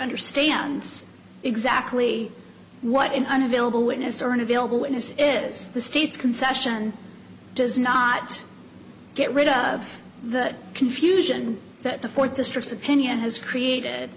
understands exactly what in unavailable witness or unavailable witness is the state's concession does not get rid of the confusion that the fourth district opinion has created